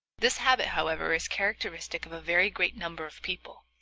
this habit, however, is characteristic of a very great number of people,